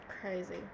Crazy